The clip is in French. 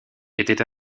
était